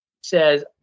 says